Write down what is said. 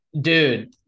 Dude